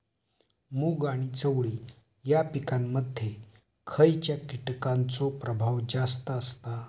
मूग आणि चवळी या पिकांमध्ये खैयच्या कीटकांचो प्रभाव जास्त असता?